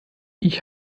ich